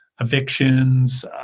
evictions